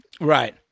right